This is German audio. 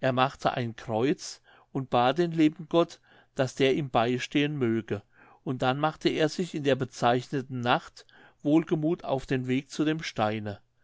er machte ein kreuz und bat den lieben gott daß der ihm beistehen möge und dann machte er sich in der bezeichneten nacht wohlgemuth auf den weg zu dem steine